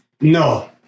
No